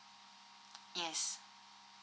yes